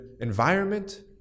environment